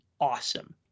awesome